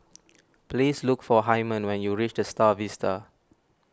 please look for Hymen when you reach the Star Vista